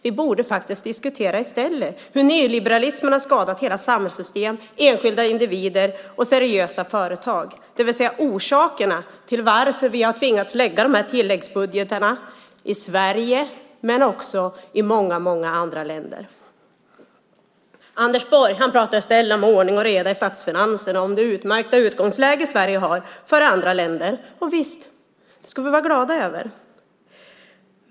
Vi borde faktiskt i stället diskutera hur nyliberalismen har skadat hela samhällssystem, enskilda individer och seriösa företag, det vill säga orsakerna till att vi har tvingats lägga fram de här tilläggsbudgetarna i Sverige men också i många andra länder. Anders Borg pratar i stället om ordning och reda i statsfinanserna och om det utmärkta utgångsläge Sverige har före andra länder. Och visst ska vi vara glada över det.